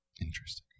Interesting